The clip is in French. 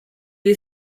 est